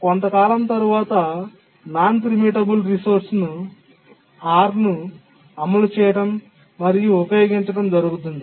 కొంతకాలం తర్వాత non preemptible resource R ను అమలు చేయడం మరియు ఉపయోగించడం జరుగుతుంది